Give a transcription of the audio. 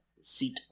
Seat